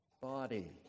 body